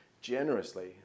generously